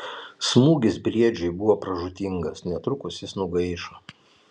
smūgis briedžiui buvo pražūtingas netrukus jis nugaišo